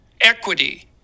Equity